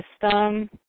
system